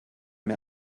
mir